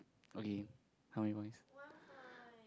okay how many points